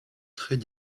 très